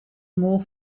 more